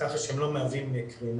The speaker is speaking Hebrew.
כך שהם לא מהווים קרינה.